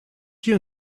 you